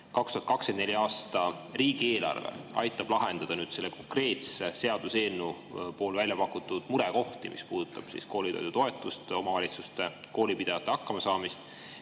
2024. aasta riigieelarve aitab lahendada selle konkreetse seaduseelnõu puhul välja pakutud murekohti, mis puudutavad koolitoidu toetust, omavalitsuste, koolipidajate hakkamasaamist?